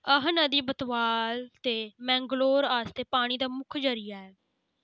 एह् नदी बतवाल ते मैंगलोर आस्तै पानी दा मुक्ख जरिया ऐ